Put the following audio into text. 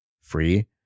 free